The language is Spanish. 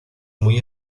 muy